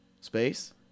Space